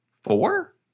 four